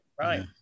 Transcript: right